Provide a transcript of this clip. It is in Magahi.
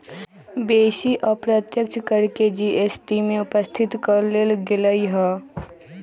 बेशी अप्रत्यक्ष कर के जी.एस.टी में उपस्थित क लेल गेलइ ह्